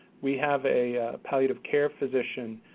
we have a palliative care physician,